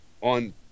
on